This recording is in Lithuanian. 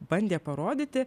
bandė parodyti